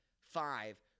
five